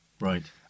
Right